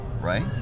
right